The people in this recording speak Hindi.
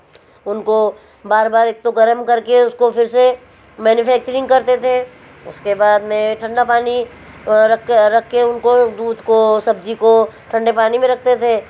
उनको बार बार एक तो गर्म करके उसको फिर से मनुफेक्चरिंग करते थे उसके बाद में ठण्डा पानी वहाँ रक् रखके उनको दूध को सब्ज़ी को ठण्डे पानी में रखते थे